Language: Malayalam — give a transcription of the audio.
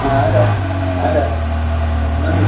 ആരാണ് ആരാണ് ഞാൻ